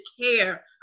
care